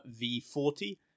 V40